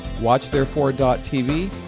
watchtherefore.tv